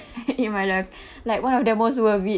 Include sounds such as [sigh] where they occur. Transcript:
[laughs] in my life like one of the most worth it